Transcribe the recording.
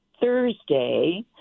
Thursday